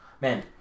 Man